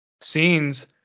scenes